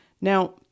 Now